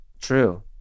True